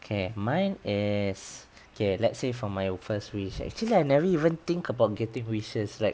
okay mine is okay let's say from my first wish actually I never even think about getting wishes like